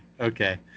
Okay